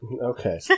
Okay